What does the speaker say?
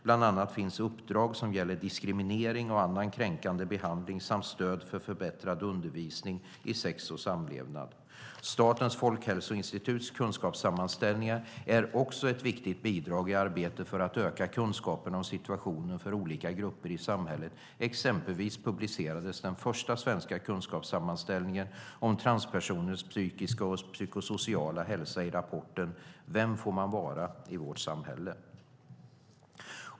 Bland annat finns uppdrag som gäller diskriminering och annan kränkande behandling samt stöd för förbättrad undervisning i sex och samlevnad. Statens folkhälsoinstituts kunskapssammanställningar är också ett viktigt bidrag i arbetet för att öka kunskapen om situationen för olika grupper i samhället. Exempelvis publicerades den första svenska kunskapssammanställningen om transpersoners psykiska och psykosociala hälsa i rapporten Vem får man vara i vårt samhälle?